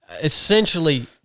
essentially